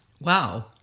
Wow